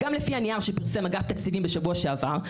גם לפי הנייר שפרסם אגף תקציבים בשבוע שעבר,